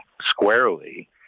squarely